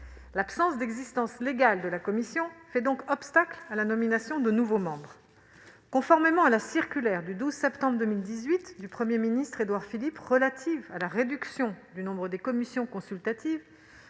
L'absence d'existence légale de la commission fait donc obstacle à la nomination de nouveaux membres. Conformément à la circulaire du 12 septembre 2018 du Premier ministre Édouard Philippe relative à la réduction du nombre des commissions consultatives,